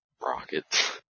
rockets